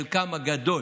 חלקן הגדול